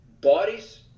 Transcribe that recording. bodies